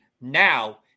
now